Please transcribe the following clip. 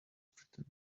written